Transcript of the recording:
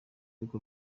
uko